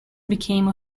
became